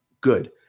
good